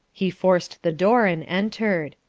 he forced the door and entered.